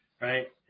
right